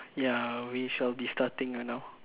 ya we shall be starting ah now